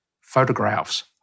photographs